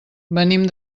venim